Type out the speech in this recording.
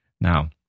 Now